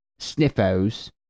Sniffos